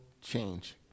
change